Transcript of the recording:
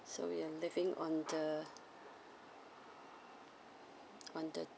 so we're leaving on the on the